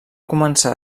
començar